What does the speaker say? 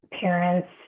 parents